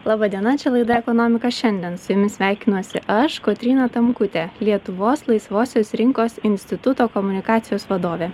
laba diena čia laida ekonomika šiandien su jumis sveikinuosi aš kotryna tamkutė lietuvos laisvosios rinkos instituto komunikacijos vadovė